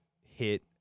hit